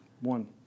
one